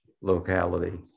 locality